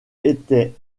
était